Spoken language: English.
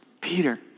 Peter